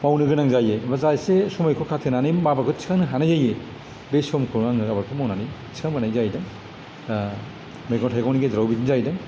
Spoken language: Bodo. मावनो गोनां जायो बा जा एसे समायखौ खाथायनानै माबाफोर थिखांनो हानाय जायो बे समखौ आङो आबादखौ मावनानै थिखांबोनाय जाहैदों मैगं थाइगंनि गेजेराव बिदिनो जाहैदों